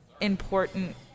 important